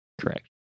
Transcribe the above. Correct